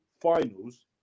finals